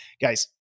guys